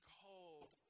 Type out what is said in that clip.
cold